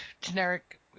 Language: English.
generic